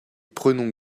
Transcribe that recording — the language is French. prenons